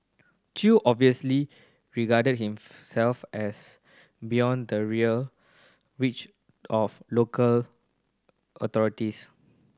Chew obviously regarded himself as beyond the rare reach of local authorities